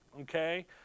Okay